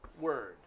Word